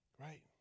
right